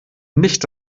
nicht